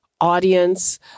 audience